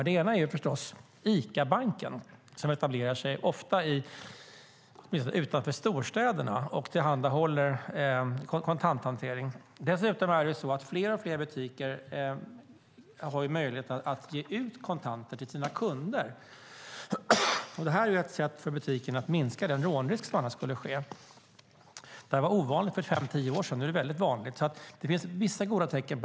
Det ena är Icabanken, som ofta etablerar sig utanför storstäderna och tillhandahåller kontanthantering. Fler och fler butiker har dessutom möjlighet att ge ut kontanter till sina kunder. Det är ett sätt för butikerna att minska rånrisken. Det var ovanligt för fem tio år sedan, men nu är det vanligt. Det finns alltså goda tecken.